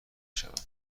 شود